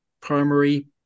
primary